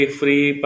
free